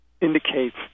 indicates